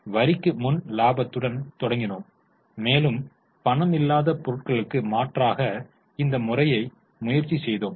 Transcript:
எனவே வரிக்கு முன் இலாபத்துடன் தொடங்கினோம் மேலும் பணமில்லாத பொருட்களுக்கு மாற்றாக இந்த முறையை முயற்சி செய்தோம்